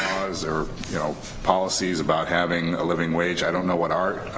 or you know policies about having a living wage. i don't know what our